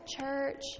church